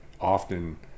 often